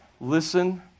Listen